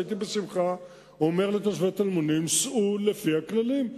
הייתי בשמחה אומר לתושבי טלמונים: סעו לפי הכללים,